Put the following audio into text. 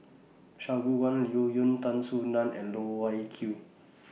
Shangguan Liuyun Tan Soo NAN and Loh Wai Kiew